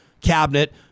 cabinet